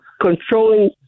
controlling